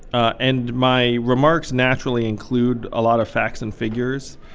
ah and my remarks naturally include a lot of facts and figures.